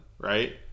right